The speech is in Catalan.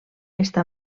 està